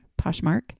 Poshmark